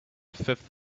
fifth